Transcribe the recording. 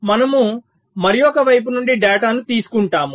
మనము మరొక వైపు నుండి డేటాను తీసుకుంటాము